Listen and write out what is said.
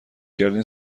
کرد، این